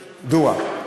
דורא.